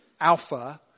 Alpha